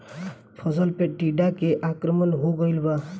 फसल पे टीडा के आक्रमण हो गइल बा?